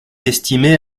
estimée